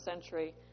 century